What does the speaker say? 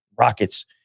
rockets